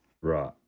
Right